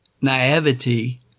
naivety